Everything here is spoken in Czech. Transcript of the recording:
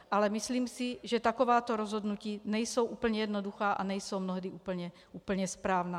Ale myslím si, že takováto rozhodnutí nejsou úplně jednoduchá a nejsou mnohdy úplně správná.